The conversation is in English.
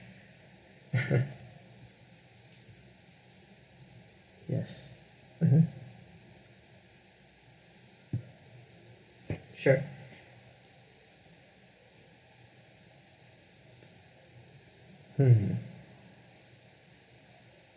yes mmhmm sure hmm